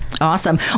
Awesome